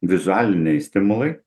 vizualiniai stimulai